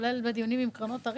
כולל בדיונים עם קרנות הריט.